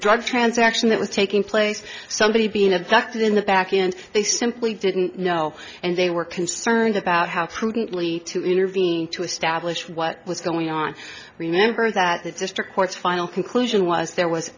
drug transaction that was taking place somebody being attacked in the back and they simply didn't know and they were concerned about how prudently to intervene to establish what was going on remember that it's district courts final conclusion was there was